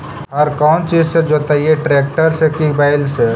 हर कौन चीज से जोतइयै टरेकटर से कि बैल से?